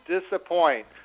disappoint